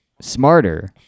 smarter